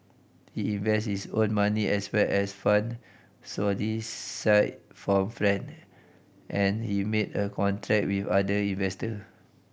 he invests his own money as well as fund solicited from friend and he made a contract with other investor